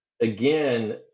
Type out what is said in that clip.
Again